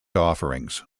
offerings